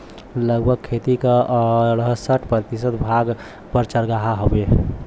लगभग खेती क अड़सठ प्रतिशत भाग पर चारागाह हउवे